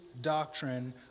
doctrine